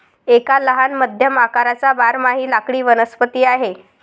एक लहान मध्यम आकाराचा बारमाही लाकडी वनस्पती आहे